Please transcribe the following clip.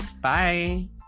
bye